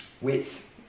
Wits